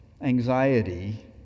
anxiety